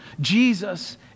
Jesus